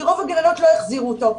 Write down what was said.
כי רוב הגננות לא החזירו אותו.